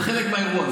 זה חלק מהאירוע,